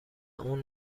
اون